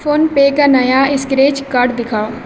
phone پے کا نیا scratch card دکھاؤ